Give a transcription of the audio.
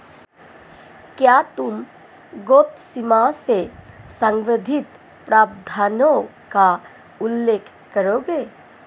क्या तुम गैप सीमा से संबंधित प्रावधानों का उल्लेख करोगे?